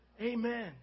amen